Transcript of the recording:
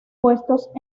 puestos